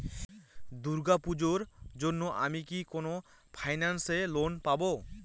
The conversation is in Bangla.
দূর্গা পূজোর জন্য আমি কি কোন ফাইন্যান্স এ লোন পাবো?